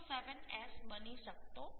707 S બની શકતો નથી